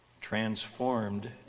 transformed